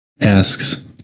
asks